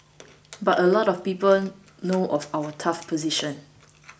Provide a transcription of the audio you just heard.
but a lot of people know of our tough position